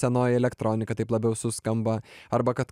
senoji elektronika taip labiau suskamba arba kad